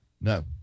No